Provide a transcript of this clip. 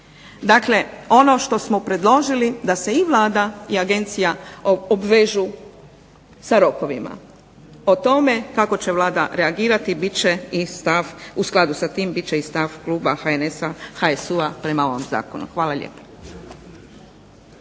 dakle ono što smo predložili da se i Vlada i agencija obvežu sa rokovima. O tome kako će Vlada reagirati u skladu sa tim bit će i stav kluba HNS-a, HSU-a prema ovom zakonu. Hvala lijepo.